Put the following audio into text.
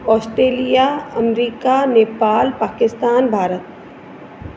Australia America Nepal Pakistan Bharat